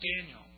Daniel